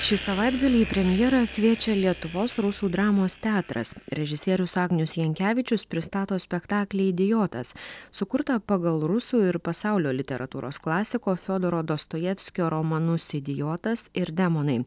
šį savaitgalį į premjerą kviečia lietuvos rusų dramos teatras režisierius agnius jankevičius pristato spektaklį idiotas sukurtą pagal rusų ir pasaulio literatūros klasiko fiodoro dostojevskio romanus idiotas ir demonai